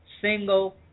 single